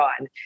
on